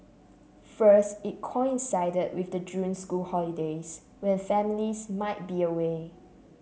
first it coincided with the June school holidays when families might be away